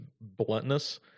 bluntness